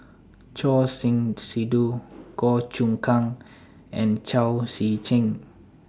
Choor Singh Sidhu Goh Choon Kang and Chao Tzee Cheng